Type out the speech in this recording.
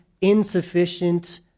insufficient